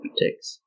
takes